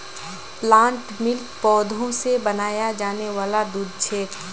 plant milk पौधा से बनाया जाने वाला दूध छे